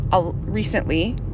recently